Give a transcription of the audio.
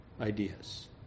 ideas